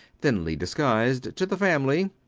thinly disguised, to the family.